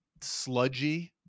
sludgy